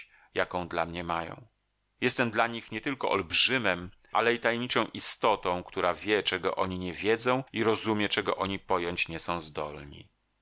jaką dla mnie mają jestem dla nich nietylko olbrzymem ale i tajemniczą istotą która wie czego oni nie wiedzą i rozumie czego oni pojąć nie są zdolni